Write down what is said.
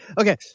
Okay